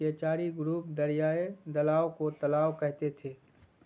کیچاری group دریائے دلاؤ کو تلاؤ کہتے تھے